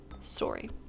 story